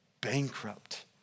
bankrupt